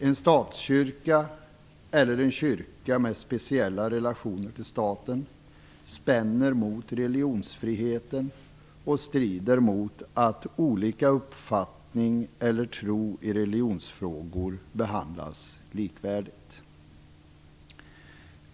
En statskyrka eller en kyrka med speciella relationer till staten strider mot religionsfriheten och mot principen att olika uppfattning eller tro i religionsfrågor skall behandlas likvärdigt.